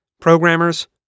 programmers